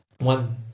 One